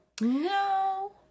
No